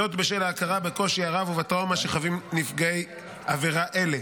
זאת בשל ההכרה בקושי הרב ובטראומה שחווים נפגעי עבירה אלה.